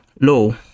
low